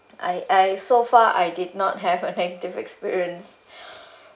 I I so far I did not have a negative experience